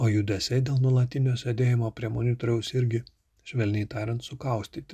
o judesiai dėl nuolatinio sėdėjimo prie monitoriaus irgi švelniai tariant sukaustyti